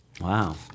Wow